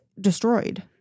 destroyed